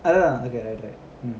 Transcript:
அதான்:athan okay okay